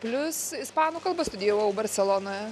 plius ispanų kalbą studijavau barselonoje